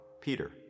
Peter